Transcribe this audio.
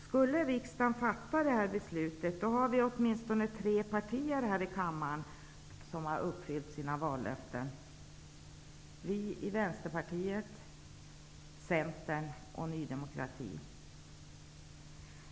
Skulle riksdagen fatta beslut härom, har åtminstone tre partier här i kammaren uppfyllt sina vallöften: Vänsterpartiet, Centern och Ny demokrati.